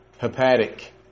Hepatic